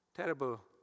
Terrible